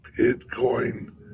Bitcoin